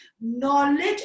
knowledge